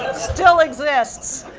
still exists.